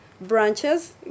branches